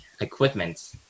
equipment